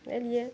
तऽ अयलियै